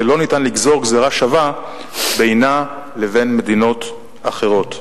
ולא ניתן לגזור גזירה שווה בינה לבין מדינות אחרות.